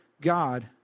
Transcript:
God